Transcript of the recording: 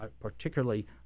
particularly